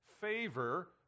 favor